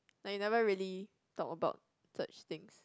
like we never really talk about such things